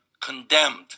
condemned